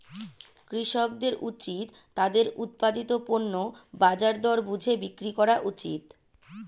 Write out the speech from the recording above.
কৃষকদের উচিত তাদের উৎপাদিত পণ্য বাজার দর বুঝে বিক্রি করা উচিত